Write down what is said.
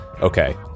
okay